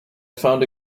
found